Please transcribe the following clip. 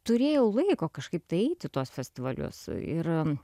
turėjau laiko kažkaip tai eiti į festivalius ir